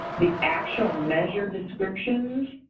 the actual measure descriptions,